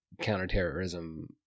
counterterrorism